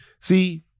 See